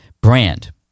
brand